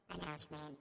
announcement